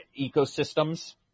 ecosystems